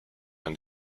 and